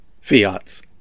fiats